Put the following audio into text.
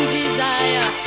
desire